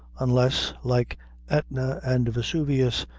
unless, like etna and vesuvius,